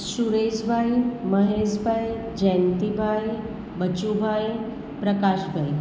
Sureshbhai Maheshbhai Jayantibhai Bachubhai Prakashbhai